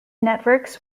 networks